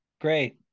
Great